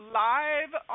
live